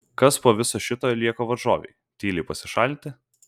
kas po viso šito lieka varžovei tyliai pasišalinti